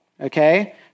Okay